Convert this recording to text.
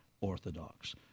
orthodox